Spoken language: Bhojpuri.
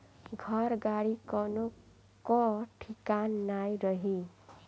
घर, गाड़ी कवनो कअ ठिकान नाइ रही